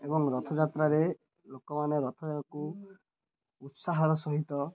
ଏବଂ ରଥଯାତ୍ରାରେ ଲୋକମାନେ ରଥଯାତ୍ରାକୁ ଉତ୍ସାହର ସହିତ